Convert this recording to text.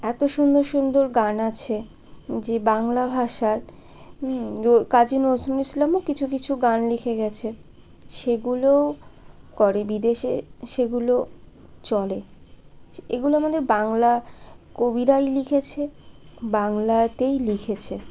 এত সুন্দর সুন্দর গান আছে যে বাংলা ভাষার কাজি নজরুল ইসলামও কিছু কিছু গান লিখে গিয়েছে সেগুলোও করে বিদেশে সেগুলো চলে এগুলো আমাদের বাংলা কবিরাই লিখেছে বাংলাতেই লিখেছে